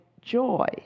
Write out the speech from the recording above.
joy